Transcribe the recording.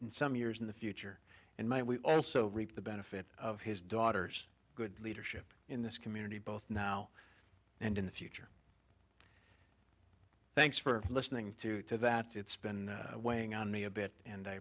and some years in the future and might we also reap the benefit of his daughter's good leadership in this community both now and in the future thanks for listening to to that it's been weighing on me a bit and i